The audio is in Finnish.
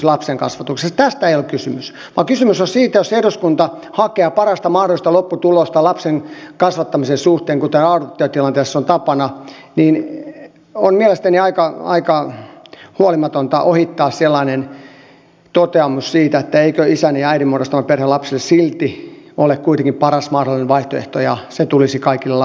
tästä ei ole kysymys vaan kysymys on siitä että jos eduskunta hakee parasta mahdollista lopputulosta lapsen kasvattamisen suhteen kuten adoptiotilanteessa on tapana niin on mielestäni aika huolimatonta ohittaa toteamus siitä että eikö isän ja äidin muodostama perhe lapselle silti ole kuitenkin paras mahdollinen vaihtoehto ja se tulisi kaikille lapsille suoda